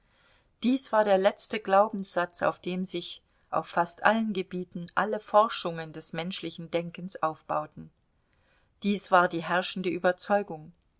dies war der letzte glaubenssatz auf dem sich auf fast allen gebieten alle forschungen des menschlichen denkens aufbauten dies war die herrschende überzeugung